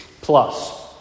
plus